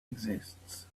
exists